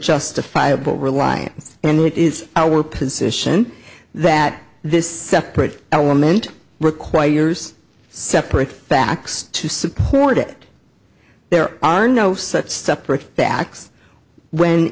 justifiable reliance and it is our position that this separate our meant requires separate facts to support it there are no such separate facts when